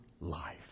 life